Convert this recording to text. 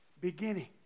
beginning